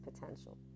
potential